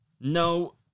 No